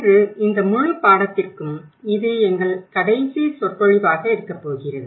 இன்று இந்த முழு பாடத்திற்கும் இது எங்கள் கடைசி சொற்பொழிவாக இருக்கப்போகிறது